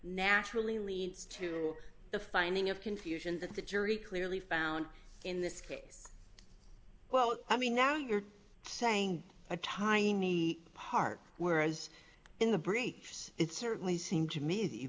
naturally leads to the finding of confusion that the jury clearly found in this case well i mean now you're saying a tiny part where as in the briefs it certainly seemed to me that you